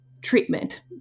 treatment